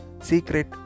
Secret